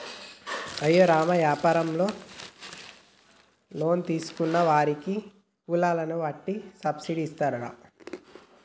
అయ్యో రామ యాపారంలో లోన్ తీసుకున్న వారికి కులాలను వట్టి సబ్బిడి ఇస్తారట